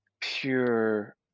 pure